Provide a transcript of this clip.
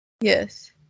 Yes